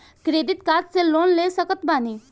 Credit card से loan ले सकत बानी?